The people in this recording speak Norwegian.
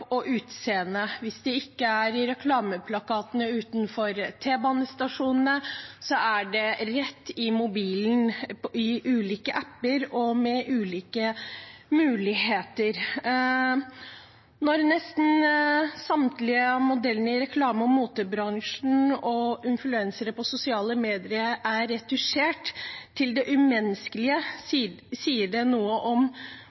og utseende. Hvis det ikke er i reklameplakatene utenfor T-banestasjonene, er det rett i mobilen i ulike apper og med ulike muligheter. Når nesten samtlige av modellene i reklamer fra motebransjen og influensere på sosiale medier er retusjert til det umenneskelige, sier det noe om